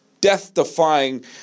death-defying